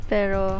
Pero